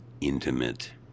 intimate